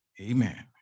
Amen